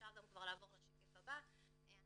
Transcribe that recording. אנחנו